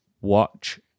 watch